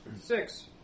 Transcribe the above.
Six